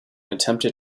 attempted